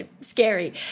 Scary